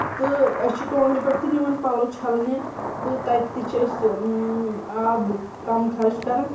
تہٕ أسۍ چھِ ٹونگرِ پٮ۪ٹھ تہِ نِوان پَلو چھلنی تہٕ تَتہِ تہِ چھِ أسۍ آب کَم خرٕچ کران